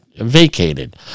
vacated